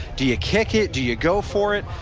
do you kick it. do you go for it.